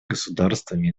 государствами